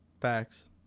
Facts